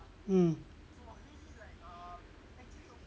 mm